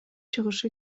чыгышы